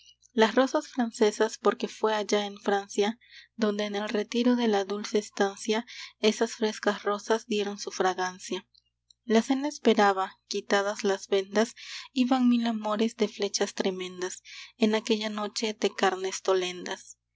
las rosas francesas porque fué allá en francia donde en el retiro de la dulce estancia esas frescas rosas dieron su fragancia la cena esperaba quitadas las vendas iban mil amores de flechas tremendas en aquella noche de carnestolendas